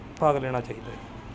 ਭਾਗ ਲੈਣਾ ਚਾਹੀਦਾ ਹੈ